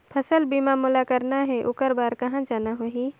फसल बीमा मोला करना हे ओकर बार कहा जाना होही?